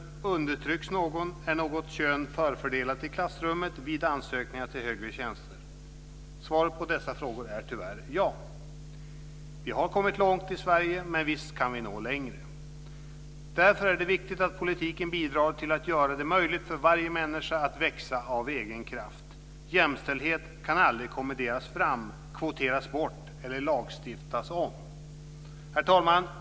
Undertrycks någon? Är något kön förfördelat i klassrummet och vid ansökningar till högre tjänster? Svaret på dessa frågor är tyvärr ja. Vi har kommit långt i Sverige, men visst kan vi nå längre. Därför är det viktigt att politiken bidrar till att göra det möjligt för varje människa att växa av egen kraft. Jämställdhet kan aldrig kommenderas fram, kvoteras bort eller lagstiftas om. Herr talman!